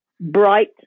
bright